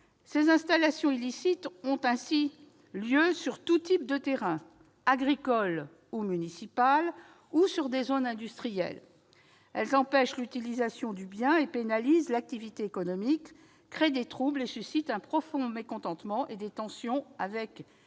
Ces installations illicites ont ainsi lieu sur tout type de terrain, agricole ou municipal, ou dans des zones industrielles. Elles empêchent l'utilisation du bien et pénalisent l'activité économique, créent des troubles et suscitent un profond mécontentement et des tensions avec les